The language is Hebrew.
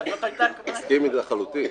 אני מסכים לחלוטין.